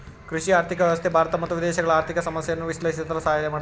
ಕೃಷಿ ಆರ್ಥಿಕ ವ್ಯವಸ್ಥೆ ಭಾರತ ಮತ್ತು ವಿದೇಶಗಳ ಆರ್ಥಿಕ ಸಮಸ್ಯೆಯನ್ನು ವಿಶ್ಲೇಷಿಸಲು ಸಹಾಯ ಮಾಡುತ್ತದೆ